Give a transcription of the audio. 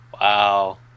Wow